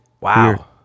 Wow